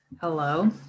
Hello